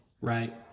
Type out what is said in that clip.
right